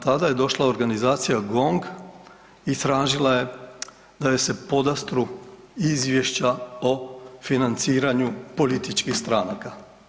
Tada je došla organizacija GONG i tražila je da joj se podastru izvješća o financiranju političkih stranaka.